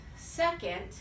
second